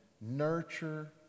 nurture